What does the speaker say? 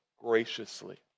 graciously